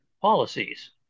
policies